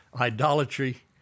idolatry